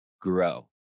grow